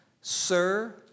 Sir